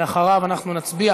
אחריו אנחנו נצביע